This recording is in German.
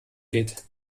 geht